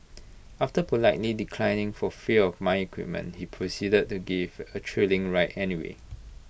after politely declining for fear of my equipment he proceeded to give A thrilling ride anyway